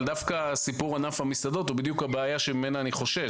דווקא ענף המסעדות הוא בדיוק הבעיה ממנה אני חושש.